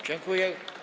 Dziękuję.